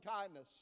kindness